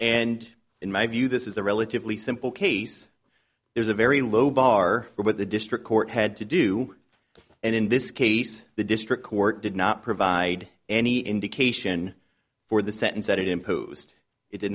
and in my view this is a relatively simple case there's a very low bar for what the district court had to do and in this case the district court did not provide any indication for the sentence that it imposed it did